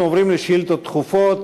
אנחנו עוברים לשאילתות דחופות.